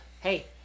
Hey